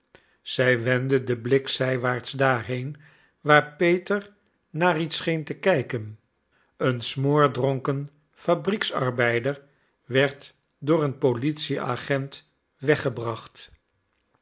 zij wendde den blik zijwaarts daarheen waar peter naar iets scheen te kijken een smoordronken fabrieksarbeider werd door een politieagent weggebracht